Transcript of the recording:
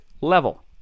level